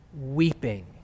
Weeping